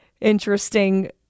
interesting